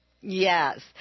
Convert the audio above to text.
Yes